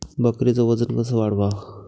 बकरीचं वजन कस वाढवाव?